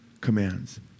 commands